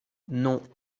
non